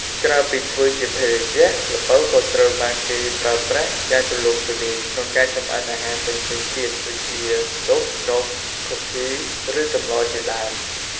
ក្រៅពីធ្វើជាភេសជ្ជៈ ល្ពៅក៏ត្រូវបានគេប្រើប្រាស់យ៉ាងទូលំទូលាយក្នុងការចម្អិនអាហារផ្សេងៗទៀតដូចជា ស៊ុប នំ ខូឃី ឬសម្លរជាដើម។